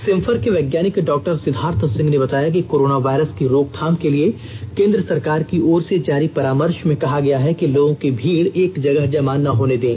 सिंफर के वैज्ञानिक डॉक्टर सिद्वार्थ सिंह ने बताया कि कोरोना वायरस की रोकथाम के लिए केंद्र सरकार की ओर से जारी परामर्श में कहा गया है कि लोगों की भीड़ एक जगह जमा ना होने दें